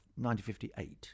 1958